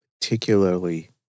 particularly